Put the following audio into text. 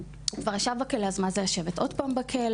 הוא כבר ישב בכלא אז מה זה לשבת עוד פעם בכלא?